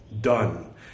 Done